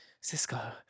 Cisco